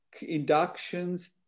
inductions